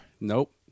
Nope